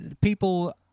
people